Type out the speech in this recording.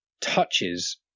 touches